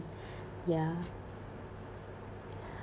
ya